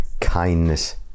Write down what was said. kindness